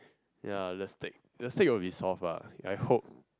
ya the steak the steak will be soft lah I hope